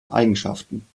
eigenschaften